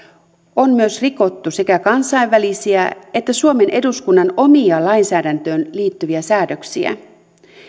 on myös rikottu sekä kansainvälisiä että suomen eduskunnan omia lainsäädäntöön liittyviä säädöksiä